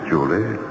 Julie